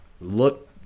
Look